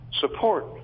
support